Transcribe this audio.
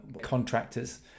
contractors